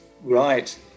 Right